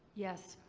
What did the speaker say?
yes.